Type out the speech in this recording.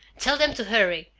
tell them to hurry.